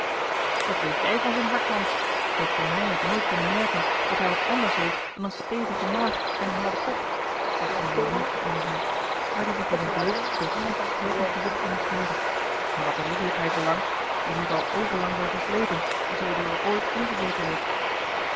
wat weet jij van zijn hart hans ik voor mij heb nooit kunnen merken dat hij wat anders heeft dan een stevige maag en een harden kop sprak één der jongsten onder hen maar die zich door een bleek doortrapt schurkengezicht onderscheidde en wat de ridderlijkheid belangt die moet al overlang zijn versleten zoo die er ooit ingezeten heeft